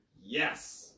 Yes